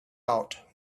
out